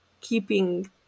keeping